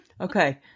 Okay